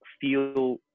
feel